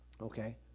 Okay